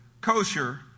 kosher